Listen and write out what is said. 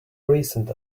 recent